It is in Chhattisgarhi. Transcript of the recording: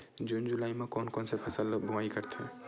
जून जुलाई म कोन कौन से फसल ल बोआई करथे?